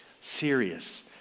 serious